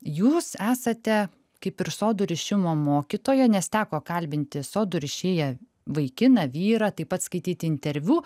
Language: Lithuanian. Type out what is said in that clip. jūs esate kaip ir sodų rišimo mokytoja nes teko kalbinti sodų rišėją vaikiną vyrą taip pat skaityti interviu